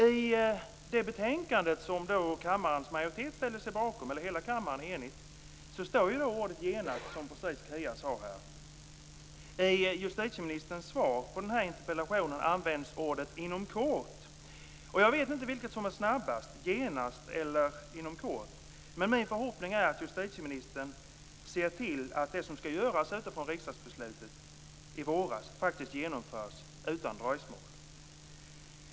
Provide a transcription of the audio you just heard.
I det betänkande som kammaren då enigt ställde sig bakom står ordet "genast", som Kia Andreasson precis sade. I justitieministerns svar på den här interpellationen används orden "inom kort". Jag vet inte vilket som är snabbast, "genast" eller "inom kort". Men min förhoppning är att justitieministern ser till att det som skall göras utifrån riksdagsbeslutet i våras faktiskt genomförs utan dröjsmål.